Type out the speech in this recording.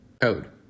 code